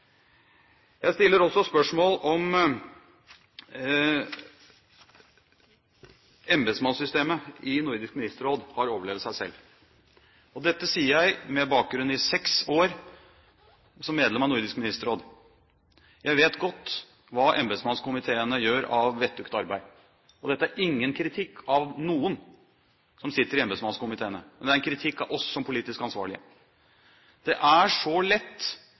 Jeg stiller også spørsmål om embetsmannssystemet i Nordisk Ministerråd har overlevd seg selv. Dette sier jeg med bakgrunn i seks år som medlem av Nordisk Ministerråd. Jeg vet godt hva embetsmannskomiteene gjør av vettugt arbeid. Dette er ingen kritikk av noen som sitter i embetsmannskomiteene, men det er en kritikk av oss som politisk ansvarlige. Det er så lett